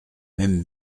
même